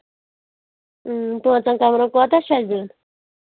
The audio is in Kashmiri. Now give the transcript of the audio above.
اۭں پانٛژَن کَمرن کوٗتاہ چھُ اَسہِ دیُن